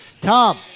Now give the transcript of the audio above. Tom